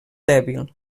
dèbil